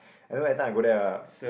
I know that time I go there ah ppo